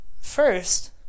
first